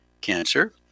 cancer